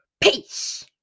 Peace